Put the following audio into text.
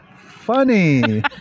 funny